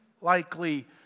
likely